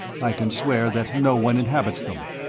i can swear that no one inhabits them.